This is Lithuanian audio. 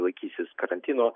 laikysis karantino